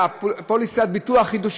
לצערי ישנם כל כך הרבה סיפורים כאלה,